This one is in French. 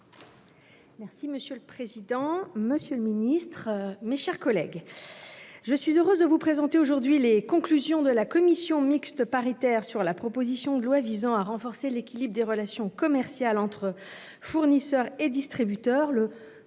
Monsieur le président, monsieur le ministre, mes chers collègues, je suis heureuse de vous présenter les conclusions de la commission mixte paritaire sur la proposition de loi visant à renforcer l'équilibre des relations commerciales entre fournisseurs et distributeurs,